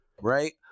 right